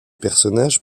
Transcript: personnages